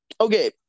okay